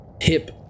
Hip